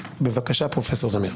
בבקשה, פרופ' זמיר.